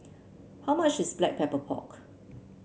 how much is Black Pepper Pork